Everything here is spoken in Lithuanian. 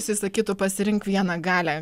jisai sakytų pasirink vieną galią